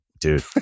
dude